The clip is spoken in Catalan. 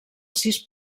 sis